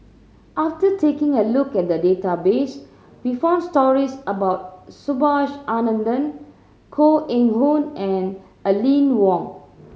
after taking a look at the database we found stories about Subhas Anandan Koh Eng Hoon and Aline Wong